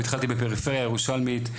התחלתי בפריפריה הירושלמית,